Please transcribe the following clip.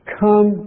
come